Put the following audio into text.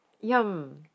Yum